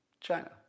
China